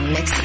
Mix